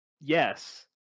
yes